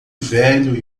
velho